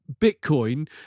Bitcoin